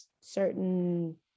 certain